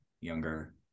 younger